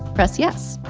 press yes.